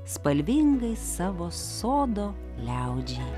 spalvingai savo sodo liaudžiai